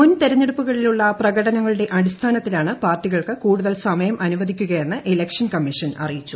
മുൻ തെരഞ്ഞെടുപ്പുകളിലുള്ള പ്രക്ടനങ്ങളുടെ അടിസ്ഥാനത്തിലാണ് പാർട്ടികൾക്ക് കൂടുതൽ ്രസ്സമയം അനുവദിക്കുക എന്ന് ഇലക്ഷൻ കമ്മീഷൻ അറിയിച്ചു